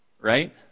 Right